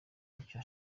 icyo